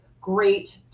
great